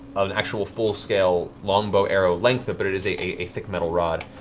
an actual full-scale longbow arrow length, but it is a a thick metal rod.